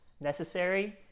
necessary